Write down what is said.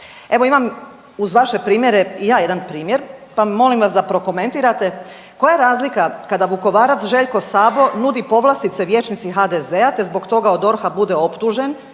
Evo imam uz vaše primjere i ja jedan primjer, pa molim vas da prokomentirate. Koja je razlika kada Vukovarac Željko Sabo nudi povlastice vijećnici HDZ-a, te zbog toga od DORH-a bude optužen